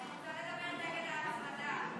אני רוצה לדבר נגד ההצמדה.